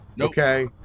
Okay